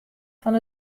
fan